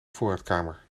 voorraadkamer